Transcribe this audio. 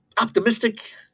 optimistic